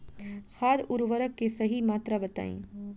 खाद उर्वरक के सही मात्रा बताई?